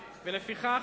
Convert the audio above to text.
ולפיכך,